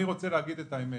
אני רוצה להגיד את האמת,